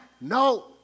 no